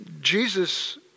Jesus